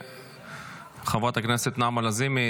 חברת הכנסת נעמה לזימי,